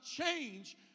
change